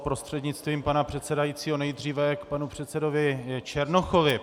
Prostřednictvím pana předsedajícího nejdříve k panu předsedovi Černochovi.